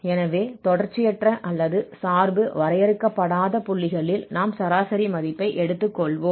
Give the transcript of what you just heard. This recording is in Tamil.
எனவே தொடர்ச்சியற்ற அல்லது சார்பு வரையறுக்கப்படாத புள்ளிகளில் நாம் சராசரி மதிப்பை எடுத்துக்கொள்வோம்